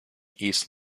east